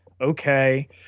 Okay